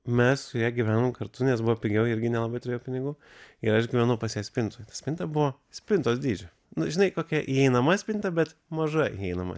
mes su ja gyvenom kartu nes buvo pigiau ji irgi nelabai turėjo pinigų ir aš gyvenau pas ją spintoj spinta buvo spintos dydžio nu žinai kokia įeinama spinta bet maža įeinama